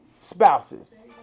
spouses